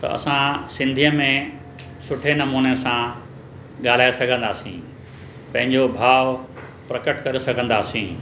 त असां सिंधीअ में सुठे नमूने सां ॻाल्हाए सघंदासीं पंहिंजो भाव प्रकट करे सघंदासीं